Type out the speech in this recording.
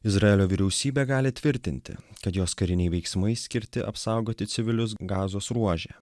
izraelio vyriausybė gali tvirtinti kad jos kariniai veiksmai skirti apsaugoti civilius gazos ruože